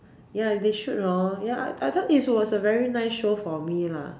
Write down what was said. ya they should hor ya I I thought this was a very nice show for me lah